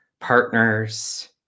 partners